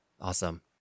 Awesome